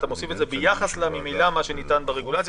אתה מוסיף ביחס למה שניתן ברגולציה ממילא,